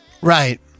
Right